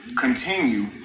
continue